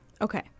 Okay